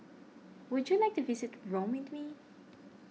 would you like to visit Rome with me